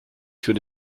für